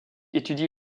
étudie